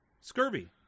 Scurvy